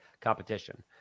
competition